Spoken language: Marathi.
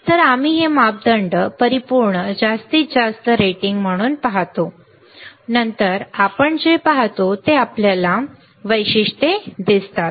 तर आम्ही हे मापदंड परिपूर्ण जास्तीत जास्त रेटिंग म्हणून पाहतो नंतर आपण जे पाहतो ते आपल्याला विद्युत वैशिष्ट्ये दिसतात